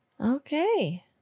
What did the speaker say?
Okay